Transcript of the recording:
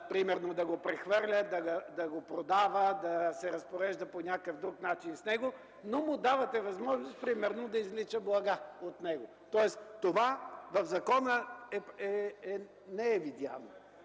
примерно да го прехвърля, да го продава, да се разпорежда по някакъв друг начин с него, но му давате възможност примерно да извлича блага от него. Тоест това не е видяно,